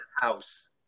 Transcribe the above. house